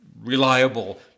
reliable